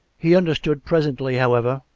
he understood presently, however,